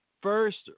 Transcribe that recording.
first